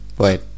Wait